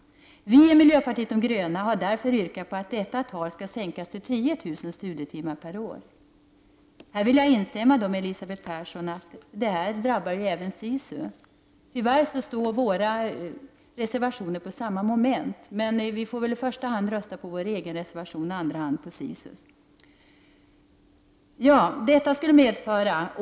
Vi i miljöpartiet de gröna har därför yrkat att detta tal skall sänkas till 10 000 studietimmar per år. Här vill jag instämma i det Elisabeth Persson sade, att detta även drabbar SISU. Tyvärr gäller våra reservationer samma moment. Vi får väl i första hand rösta på vår egen reservation och i andra hand på reservationen rörande SISU.